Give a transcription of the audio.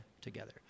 together